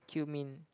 cumin